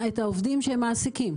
העובדים שהם מעסיקים.